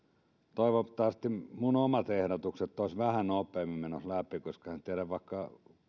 toivottavasti minun omat ehdotukseni olisivat vähän nopeammin menossa läpi koska en tiedä vaikka